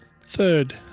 Third